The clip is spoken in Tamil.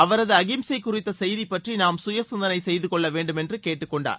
அவரது அகிம்சை குறித்த செய்தி பற்றி நாம் சுய சிந்தனை செய்து கொள்ள வேண்டுமென்று அவர் கேட்டுக் கொண்டார்